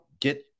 get